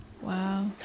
Wow